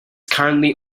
currently